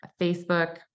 Facebook